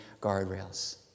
guardrails